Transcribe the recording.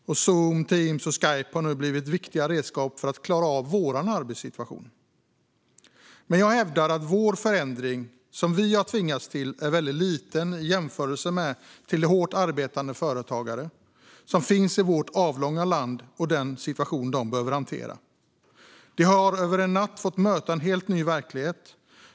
Zoom, Teams och Skype har blivit viktiga redskap för att vi ska klara av vår arbetssituation. Jag hävdar dock att den förändring som vi har tvingats till är liten i jämförelse med den situation som de hårt arbetande företagare som finns i vårt avlånga land behöver hantera. De har över en natt fått möta en helt ny verklighet.